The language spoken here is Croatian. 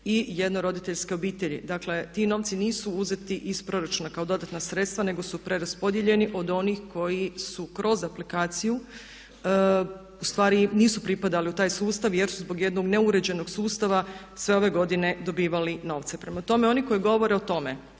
i jedno roditeljske obitelji. Dakle, ti novci nisu uzeti iz proračuna kao dodatna sredstva nego su preraspodijeljeni od onih koji su kroz aplikaciju ustvari nisu pripadali u taj sustav jer su zbog jednog neuređenog sustava sve ove godine dobivali novce. Prema tome, oni koji govore o tome